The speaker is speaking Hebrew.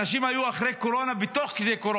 אנשים היו אחרי קורונה, בתוך קורונה,